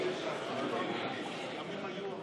ההסתייגות (81) של קבוצת סיעת הליכוד,